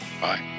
Bye